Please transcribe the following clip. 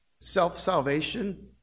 self-salvation